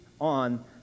on